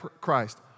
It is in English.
Christ